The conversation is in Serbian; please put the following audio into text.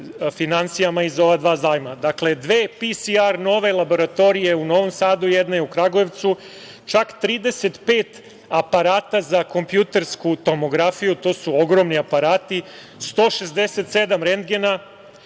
finansijama iz ova dva zajma. Dakle, dve PCR nove laboratorije, jedna je u Novom Sadu, a druga u Kragujevcu, čak 35 aparata za kompjutersku tomografiju, to su ogromni aparati, 167 rentgena,